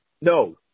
No